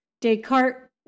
Descartes